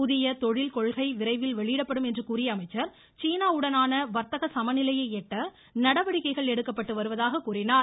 புதிய தொழில் கொள்கை விரைவில் வெளியிடப்படும் என்று கூறிய அமைச்சர் சீனா உடனான வர்த்தக சமநிலையை எட்ட நடவடிக்கைகள் எடுக்கப்பட்டு வருவதாக தெரிவித்தார்